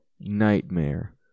nightmare